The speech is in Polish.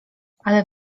ale